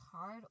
hard